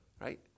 right